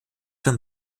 beim